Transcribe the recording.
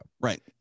Right